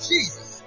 Jesus